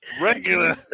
Regular